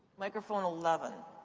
microphone eleven.